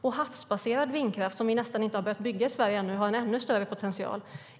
Och havsbaserad vindkraft, som vi nästan inte har börjat bygga i Sverige, har en ännu större potential.